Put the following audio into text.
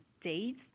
days